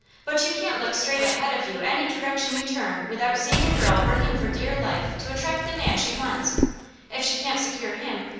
but you can't look straight ahead of you any direction you turn without seeing a girl working for dear life to attract the man she wants if she can't secure him,